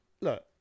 look